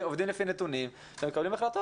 כרגע.